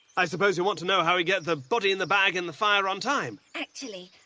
i suppose you'll want to know how we get the body in the bag in the fire on time? actually,